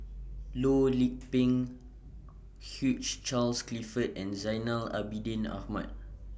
Loh Lik Peng Hugh Charles Clifford and Zainal Abidin Ahmad